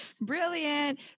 Brilliant